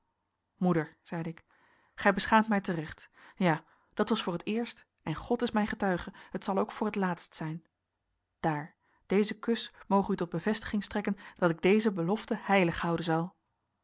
moeder zeide ik gij beschaamt mij te recht ja dat was voor t eerst en god is mijn getuige het zal ook voor t laatst zijn daar deze kus moge u tot bevestiging strekken dat ik deze belofte heilig houden zal